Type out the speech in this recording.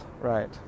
Right